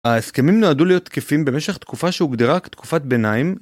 ההסכמים נועדו להיות תקפים במשך תקופה שהוגדרה כתקופת ביניים.